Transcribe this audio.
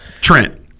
Trent